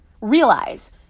realize